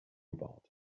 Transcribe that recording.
about